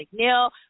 McNeil